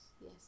Yes